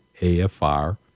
AFR